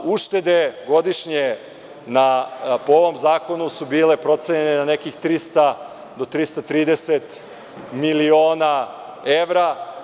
Uštede godišnje po ovom zakonu su bile procenjene na nekih 300 do 330 miliona evra.